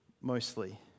mostly